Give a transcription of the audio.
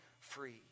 free